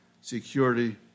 security